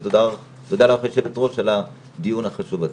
ותודה לך היו"ר על הדיון החשוב הזה.